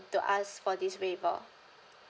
to ask for this waiver